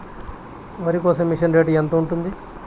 వరికోసే machine rate ఎంత ఉంటుంది?